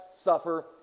suffer